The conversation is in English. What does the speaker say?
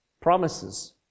promises